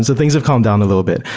and things have come down a little bit.